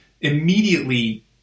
immediately